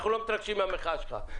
אנחנו לא מתרגשים מהמחאה שלך.